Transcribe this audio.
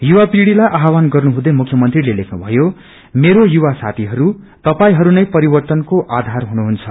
युवा पीढ़िलाई आवहान गर्नुहुँदै मुख्यंत्रीले लेख्नु भयो मेरो युवा साथीहरू तपाईहरूनै परिवर्तनको आधार हुनुहुन्छ